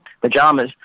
pajamas